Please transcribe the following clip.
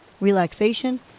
relaxation